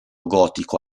gotico